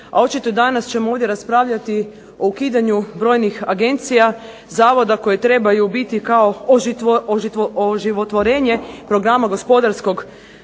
a očito danas ćemo ovdje raspravljati o ukidanju brojnih agencija, zavoda koji trebaju biti kao oživotvorenje programa gospodarskog